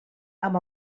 amb